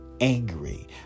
angry